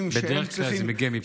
עושה דבר נכון מאוד.